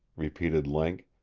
repeated link.